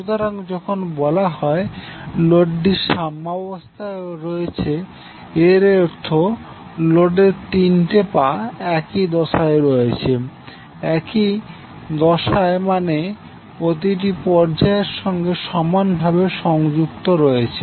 সুতরাং যখন বলা হয় লোডটি সাম্যাবস্থায় আছে এর অর্থ লোডের তিনটি পা একই দশায় রয়েছে একই দশায় মানে প্রতিটি পর্যায়ের সঙ্গে সমান ভাবে সংযুক্ত রয়েছে